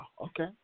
Okay